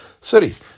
cities